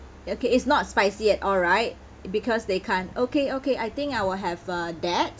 okay it's not spicy at all right because they can't okay okay I think I will have uh that